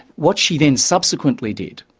what she then subsequently did,